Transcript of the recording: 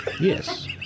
Yes